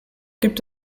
gibt